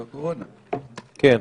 כן.